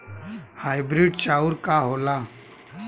Hybrid चाउर का होला?